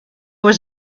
was